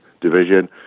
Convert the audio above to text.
Division